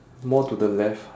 more to the left